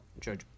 Judge